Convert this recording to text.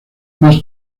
más